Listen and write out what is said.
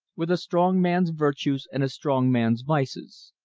with a strong man's virtues and a strong man's vices.